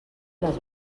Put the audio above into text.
les